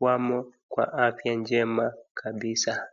wamo na afya njema kabisa.